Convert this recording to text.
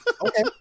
Okay